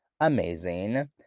amazing